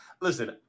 listen